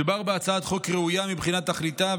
מדובר בהצעת חוק ראויה בתכליתה,